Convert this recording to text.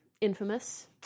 Infamous